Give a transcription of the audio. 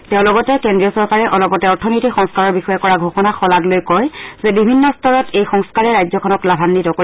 তেওঁ লগতে কেন্দ্ৰীয় চৰকাৰে অলপতে অৰ্থনৈতিক সংস্কাৰৰ বিষয়ে কৰা ঘোষণাক শলাগ লৈ কয় যে বিভিন্ন স্তৰত এই সংস্থাৰে ৰাজ্যখনক লাভান্নিত কৰিব